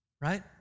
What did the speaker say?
right